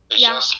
yeah